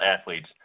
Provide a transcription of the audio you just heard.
athletes